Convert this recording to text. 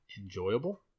Enjoyable